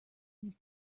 une